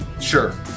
Sure